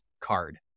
card